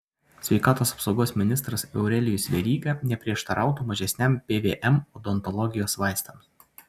sveikatos apsaugos ministras aurelijus veryga neprieštarautų mažesniam pvm odontologijos vaistams